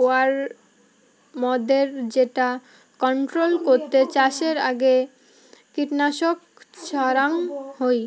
ওয়ার্মদের যেটা কন্ট্রোল করতে চাষের আগে কীটনাশক ছড়াঙ হই